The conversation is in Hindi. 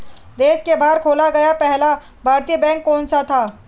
देश के बाहर खोला गया पहला भारतीय बैंक कौन सा था?